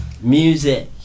Music